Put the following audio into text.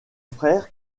frère